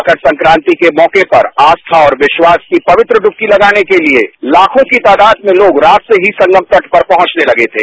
मकर संक्रांति के मौके पर आस्था और विश्वास की पवित्र डूबकी लगाने के लिए लाखों की तादाद में लोग रात से ही संगम तट पर पहुंचने लगे थे